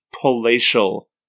palatial